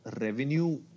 revenue